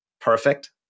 perfect